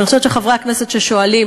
ואני חושבת שחברי הכנסת ששואלים,